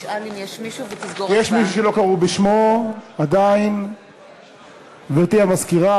נגד רחל עזריה, בעד דניאל עטר,